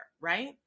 right